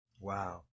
Wow